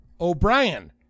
O'Brien